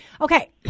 Okay